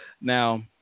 Now